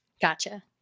Gotcha